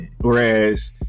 Whereas